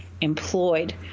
employed